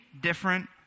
different